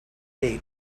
date